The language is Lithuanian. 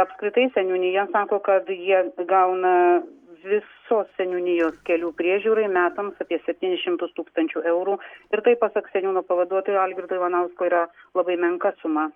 apskritai seniūnija sako kad jie gauna visos seniūnijos kelių priežiūrai metams apie septynis šimtus tūkstančių eurų ir tai pasak seniūno pavaduotojo algirdo ivanausko yra labai menka suma